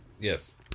Yes